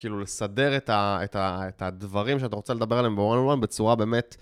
כאילו, לסדר את ה את הדברים שאתה רוצה לדבר עליהם בוואן וואן בצורה באמת...